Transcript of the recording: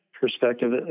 perspective